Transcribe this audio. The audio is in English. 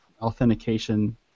authentication